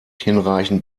hinreichend